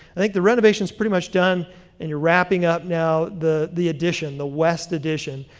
i think the renovation is pretty much done and you're wrapping up now the the addition, the west addition,